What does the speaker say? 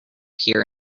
here